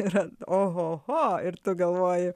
yra oho ir tu galvoji